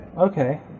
Okay